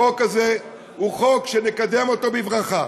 החוק הזה הוא חוק שנקדם בברכה,